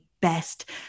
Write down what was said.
best